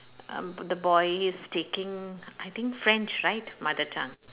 um the boy he's taking I think French right mother tongue